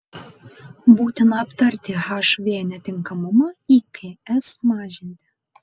būtina aptarti hv netinkamumą iks mažinti